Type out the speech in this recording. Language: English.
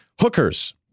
Hookers